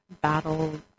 battles